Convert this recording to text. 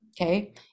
Okay